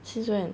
since when